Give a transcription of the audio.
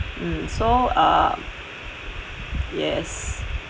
mm so uh yes